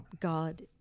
God